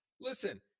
Listen